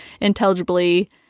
intelligibly